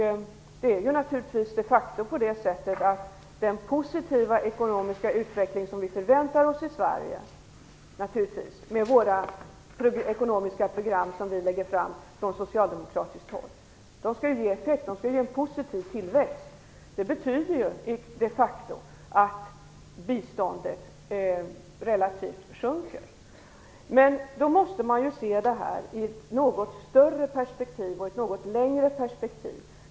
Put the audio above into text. Det är de facto så att den positiva ekonomiska utveckling vi förväntar oss i Sverige, med ekonomiska program framlagda från socialdemokratiskt håll, skall ge positiv tillväxt. Det betyder de facto att biståndet relativt sjunker. Men då måste man se denna fråga i ett något större och längre perspektiv.